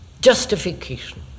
justification